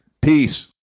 peace